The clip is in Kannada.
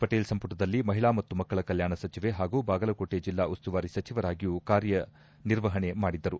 ಪಟೇಲ್ ಸಂಪುಟದಲ್ಲಿ ಮಹಿಳಾ ಮತ್ತು ಮಕ್ಕಳ ಕಲ್ಲಾಣ ಸಚಿವೆ ಹಾಗೂ ಬಾಗಲಕೋಟೆ ಜಿಲ್ಲಾ ಉಸ್ತುವಾರಿ ಸಚಿವರಾಗಿಯೂ ಕಾರ್ಯನಿರ್ವಹಣೆ ಮಾಡಿದ್ದರು